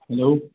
hello